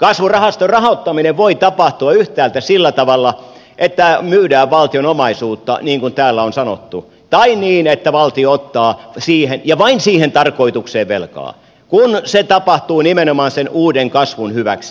kasvurahaston rahoittaminen voi tapahtua yhtäältä sillä tavalla että myydään valtion omaisuutta niin kuin täällä on sanottu tai niin että valtio ottaa siihen ja vain siihen tarkoitukseen velkaa kun se tapahtuu nimenomaan sen uuden kasvun hyväksi